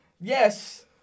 Yes